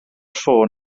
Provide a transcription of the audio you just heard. ffôn